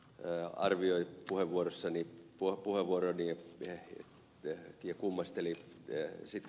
lahtela arvioi puheenvuoroani ja kummasteli sitä